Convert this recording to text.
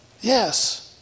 Yes